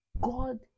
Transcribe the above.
god